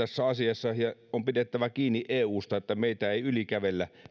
tästä asiassa ja on pidettävä kiinni eussa siitä että meistä ei yli kävellä